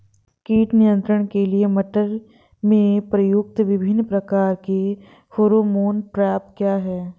कीट नियंत्रण के लिए मटर में प्रयुक्त विभिन्न प्रकार के फेरोमोन ट्रैप क्या है?